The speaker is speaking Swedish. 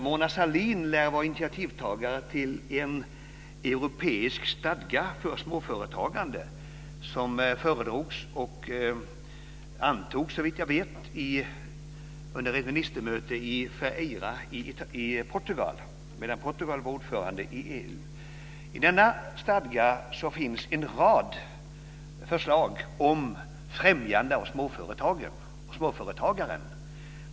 Mona Sahlin lär vara initiativtagare till en europeisk stadga för småföretagande som föredrogs och antogs, såvitt jag vet, under ett ministermöte i Feira i Portugal medan Portugal var ordförande i EU. I denna stadga finns en rad förslag om främjande av småföretag och småföretagare.